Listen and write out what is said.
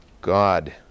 God